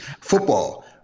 Football